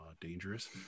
dangerous